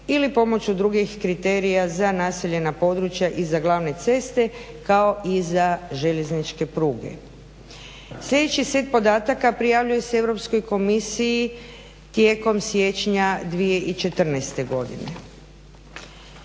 ili pomoću drugih kriterija za naseljena područja i za glavne ceste kao i za željezničke pruge. Sljedeći set podatak prijavljuje se Europskoj komisiji tijekom siječnja 2014. godine.